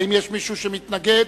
האם יש מישהו שמתנגד?